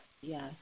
Yes